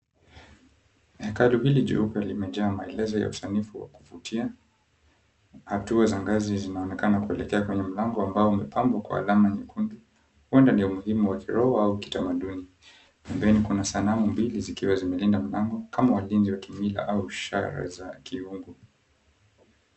karibu iliyojaa maelezo ya usanifu wa kuvutia. Hatua za ngazi zinaonekana kuelekea kwenye mlango ambao umepambwa kwa alama nyekundu. Huenda ni umuhimu wa kiroho au kitamaduni. Pembeni kuna sanamu mbili zikiwa zimelinda mlango kama walinzi wa kimila au ushara za kiungu.